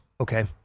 Okay